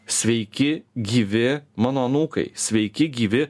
sveiki gyvi mano anūkai sveiki gyvi